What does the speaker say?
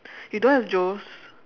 you don't have Joe's